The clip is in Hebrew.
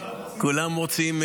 כולם רוצים.